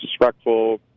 disrespectful